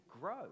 grow